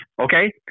Okay